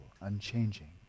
unchanging